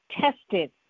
tested